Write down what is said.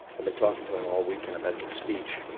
i've been talking to him all weekend about this speech.